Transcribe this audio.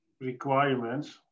requirements